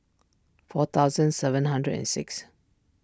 four thousand seven hundred and six